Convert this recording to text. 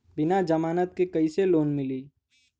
बिना जमानत क कइसे लोन मिली?